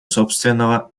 собственного